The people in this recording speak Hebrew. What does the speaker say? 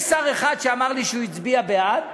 יש שר אחד שאמר לי שהוא הצביע בעד,